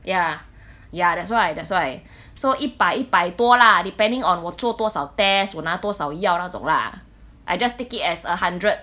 ya ya that's why that's why so 一百一百多 lah depending on 我做多少 test 我拿多少药那种 lah I just take it as a hundred